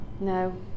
No